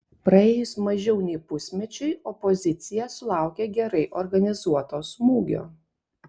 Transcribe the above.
praėjus mažiau nei pusmečiui opozicija sulaukė gerai organizuoto smūgio